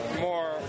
more